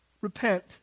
repent